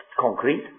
concrete